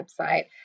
website